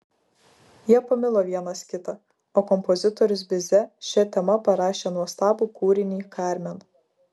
jie pamilo vienas kitą o kompozitorius bize šia tema parašė nuostabų kūrinį karmen